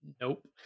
Nope